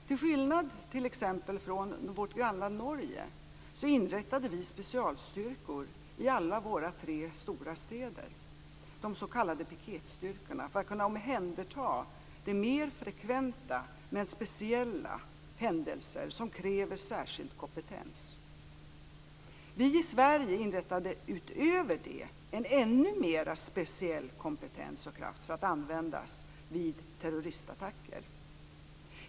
Till skillnad från t.ex. vårt grannland Norge inrättade vi specialstyrkor i alla våra tre stora städer, de s.k. piketstyrkorna, för att kunna omhänderta de mer frekventa men speciella händelser som kräver särskild kompetens. Vi i Sverige inrättade utöver det en ännu mer speciell kompetens och kraft för att användas vid terroristattacker.